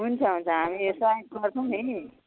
हुन्छ हुन्छ हामी सहयोग गर्छौँ नि